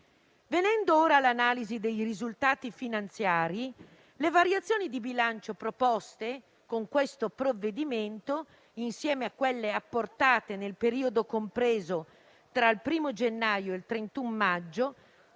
Venendo ora all'analisi dei risultati finanziari, le variazioni di bilancio proposte con il provvedimento in esame insieme a quelle apportate nel periodo compreso tra il 1° gennaio e il 31 maggio